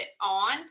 on